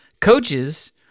Coaches